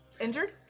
injured